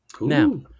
Now